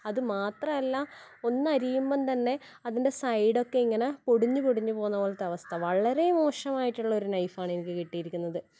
അതുമാത്രല്ല ഒന്നരിയുമ്പം തന്നെ അതിൻ്റെ സൈഡൊക്കെ ഇങ്ങനെ പൊടിഞ്ഞ് പൊടിഞ്ഞ് പോകുന്ന പോലത്തെ അവസ്ഥ വളരെ മോശമായിട്ടുള്ളത് നൈഫാണ് എനിക്ക് കിട്ടിയിരിക്കുന്നത്